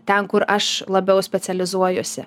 ten kur aš labiau specializuojuosi